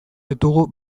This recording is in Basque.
ditugu